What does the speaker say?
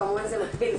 כמובן זה מקביל,